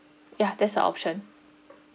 yeah that's a option